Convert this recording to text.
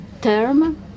term